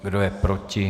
Kdo je proti?